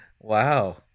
Wow